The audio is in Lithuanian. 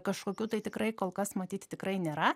kažkokių tai tikrai kol kas matyt tikrai nėra